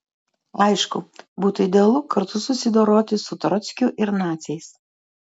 aišku būtų idealu kartu susidoroti su trockiu ir naciais